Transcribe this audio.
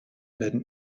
werden